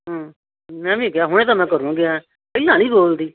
ਹੁੰ ਮੈਂ ਵੀ ਕਿਹਾ ਹੁਣੇ ਤਾਂ ਮੈਂ ਘਰੋਂ ਗਿਆ ਪਹਿਲਾਂ ਨਹੀਂ ਬੋਲਦੀ